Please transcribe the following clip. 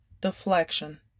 Deflection